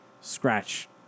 scratch